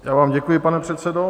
Já vám děkuji, pane předsedo.